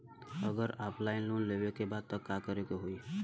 अगर offline loan लेवे के बा त का करे के होयी?